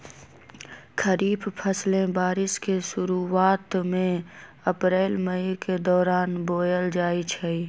खरीफ फसलें बारिश के शुरूवात में अप्रैल मई के दौरान बोयल जाई छई